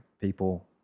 people